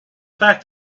fact